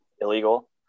illegal